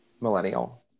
millennial